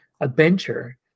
adventure